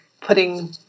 putting